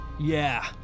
Yeah